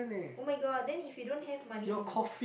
oh-my-god then if you don't have money to book